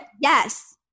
Yes